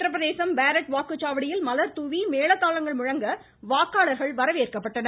உத்தரபிரதேசம் பேரட் வாக்குச்சாவடியில் மலர்தூவி மேள தாளங்கள் முழங்க வாக்காளர்கள் வரவேற்கப்பட்டனர்